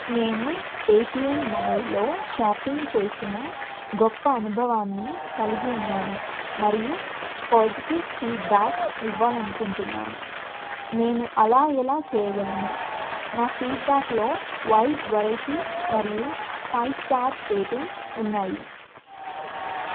నేను పేటీఎం మాల్లో షాపింగ్ చేసిన గొప్ప అనుభవాన్ని కలిగి ఉన్నాను మరియు పాజిటివ్ ఫీడ్బ్యాక్ ఇవ్వాలనుకుంటున్నాను నేను అలా ఎలా చేయగలను నా ఫీడ్బ్యాక్లో వైడ్ వెరైటీ మరియు ఫైవ్ స్టార్స్ రేటింగ్ ఉన్నాయి